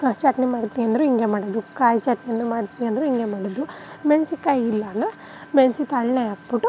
ಚಟ್ನಿ ಮಾಡ್ತಿ ಅಂದರೂ ಹಿಂಗೆ ಮಾಡೋದು ಕಾಯಿ ಚಟ್ನಿ ಅಂದರೂ ಮಾಡ್ತೀನಿ ಅಂದರೂ ಹಿಂಗೆ ಮಾಡೋದು ಮೆಣ್ಸಿನಕಾಯಿ ಇಲ್ಲ ಅಂದರೆ ಮೆಣ್ಸಿತಾಳ್ನೇ ಹಾಕ್ಬಿಟ್ಟು